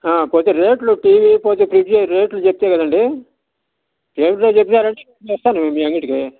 పోతే రేట్లు టీవీ పోతే ఫ్రీడ్జి రేట్లు చెప్తే కదండి రేట్లు చెప్పినారు అంటే వస్తాను మీ అంగడికి